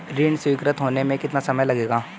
ऋण स्वीकृत होने में कितना समय लगेगा?